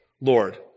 Lord